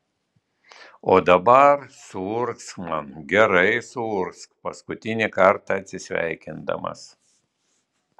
o dabar suurgzk man gerai suurgzk paskutinį kartą atsisveikindamas